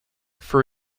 for